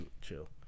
chill